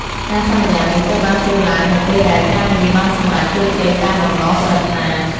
ការសន្យានេះត្រូវបានធ្វើឡើងនៅពេលដែលការងារបានសម្រេចជោគជ័យតាមបំណងប្រាថ្នា។